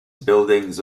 buildings